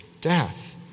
death